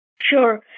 Sure